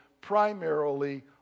primarily